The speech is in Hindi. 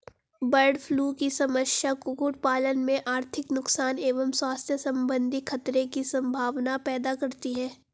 बर्डफ्लू की समस्या कुक्कुट पालन में आर्थिक नुकसान एवं स्वास्थ्य सम्बन्धी खतरे की सम्भावना पैदा करती है